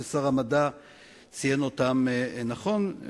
ששר המדע ציין אותם נכון,